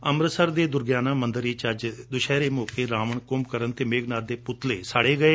ਅਮ੍ਰਿਤਸਰ ਦੇ ਦੁਰਗਿਆਣਾ ਮੰਦਰ ਵਿਚ ਅੱਜ ਦੁਸਹਿਰੇ ਮੌਕੇ ਰਾਵਣ ਕੁੰਭਕਰਣ ਅਤੇ ਮੁਘਨਾਦ ਦੇ ਪੁਤਲੇ ਸਾੜੇ ਗਏ